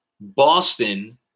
Boston